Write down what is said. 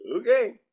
Okay